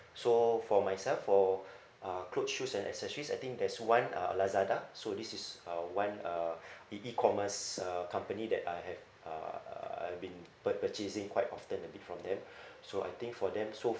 so for myself for uh clothes shoes and accessories I think there's one uh Lazada so this is uh one uh e E_commerce uh company that I have uh I've been pur~ purchasing quite often a bit from them so I think for them so